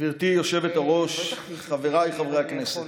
גברתי היושבת-ראש, חבריי חברי הכנסת,